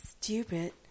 stupid